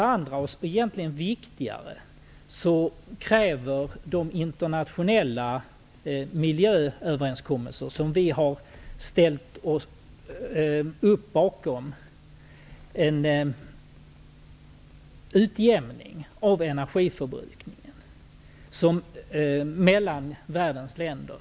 Ett annat, egentligen viktigare, faktum är att de internationella miljööverenskommelser som vi har ställt oss bakom förutsätter en utjämning av energiförbrukningen mellan världens länder.